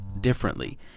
differently